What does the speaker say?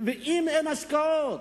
אם אין השקעות?